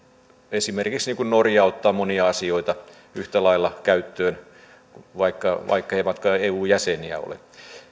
niin kuin esimerkiksi norja ottaa monia asioita yhtä lailla käyttöön vaikkei eun jäsen ole